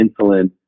insulin